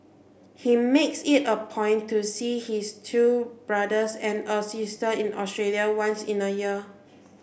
he makes it a point to see his two brothers and a sister in Australia once in a year